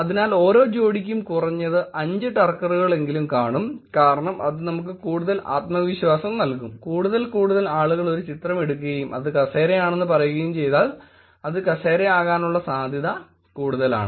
അതിനാൽ ഓരോ ജോഡിക്കും കുറഞ്ഞത് 5 ടർക്കറുകളെങ്കിലും കാണും കാരണം അത് നമുക്ക് കൂടുതൽ ആത്മവിശ്വാസം കാണും കൂടുതൽ കൂടുതൽ ആളുകൾ ഒരു ചിത്രം എടുക്കുകയും അത് കസേര ആണെന്ന് പറയുകയും ചെയ്താൽ അത് കസേര ആകാനുള്ള സാധ്യത കൂടുതലാണ്